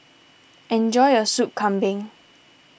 enjoy your Soup Kambing